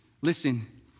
Listen